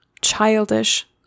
childish